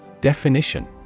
Definition